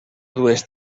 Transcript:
dues